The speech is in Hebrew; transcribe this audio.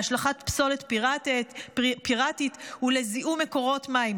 להשלכת פסולת פיראטית ולזיהום מקורות מים.